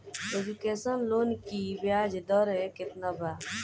Education loan की ब्याज दर केतना बा?